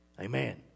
Amen